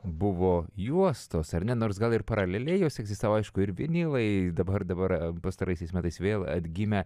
buvo juostos ar ne nors gal ir paraleliai jos egzistavo aišku ir vinilai dabar dabar pastaraisiais metais vėl atgimę